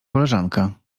koleżanka